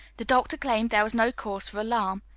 the doctor claimed there was no cause for alarm.